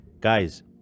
Guys